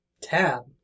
Tab